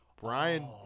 Brian